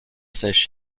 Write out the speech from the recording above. sèche